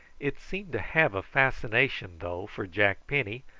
it seemed to have a fascination though for jack penny,